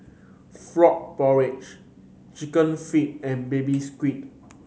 frog porridge Chicken Feet and Baby Squid